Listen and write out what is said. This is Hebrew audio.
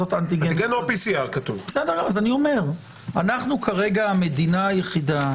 כתוב אנטיגן או PCR. כרגע אנחנו המדינה היחידה,